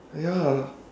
ya